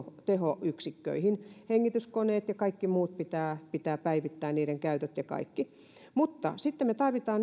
tehoyksiköihin hengityskoneet ja kaikki muut pitää pitää päivittää niiden käytöt ja kaikki mutta sitten me tarvitsemme